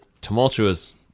tumultuous